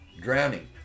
drowning